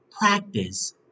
practice